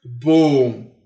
Boom